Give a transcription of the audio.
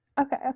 okay